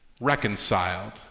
reconciled